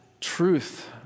truth